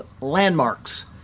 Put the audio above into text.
landmarks